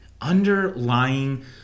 underlying